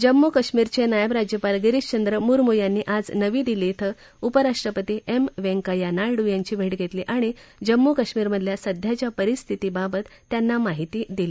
जम्मू कश्मीरचे नायव राज्यपाल गिरीशचंद्र मुस्मू यांनी आज नवी दिल्ली क्वें उपराष्ट्रपती एम व्यंकय्या नायडू यांची भेट घेतली आणि जम्मू कश्मीमरमधल्या सध्याच्या परिस्थितीबाबत त्यांना माहिती दिली